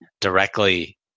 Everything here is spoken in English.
directly